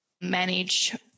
manage